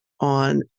on